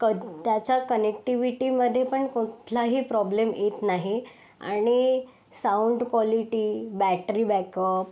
कर त्याच्या कनेक्टिव्हिटीमध्ये पण कुठलाही प्रॉब्लेम येत नाही आणि साउंड क्वालिटी बॅटरी बॅकअप